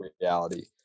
reality